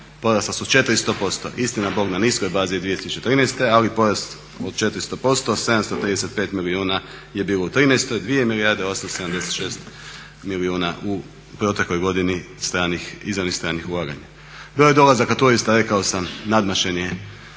porasla su 400%. Istina Bog na niskoj bazi 2013., ali porast od 400%. 735 milijuna je bilo u '13., 2 milijarde 876 milijuna u protekloj godini izravnih stranih ulaganja. BiH roj dolazaka turista rekao sam nadmašen je